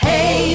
Hey